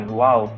wow